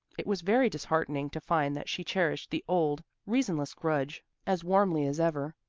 it was very disheartening to find that she cherished the old, reasonless grudge as warmly as ever.